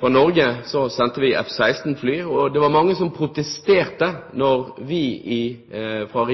Fra Norge sendte vi F-16-fly. Det var mange som protesterte da vi fra den